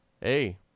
hey